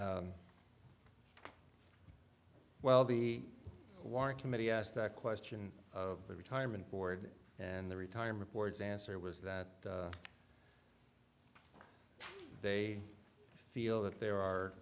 that well the warrant committee asked that question of the retirement board and the retirement boards answer was that they feel that there are